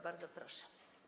Bardzo proszę.